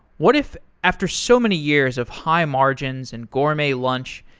what if after so many years of high-margins, and gourmet lunch,